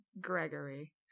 gregory